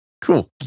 Cool